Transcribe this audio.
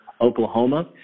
Oklahoma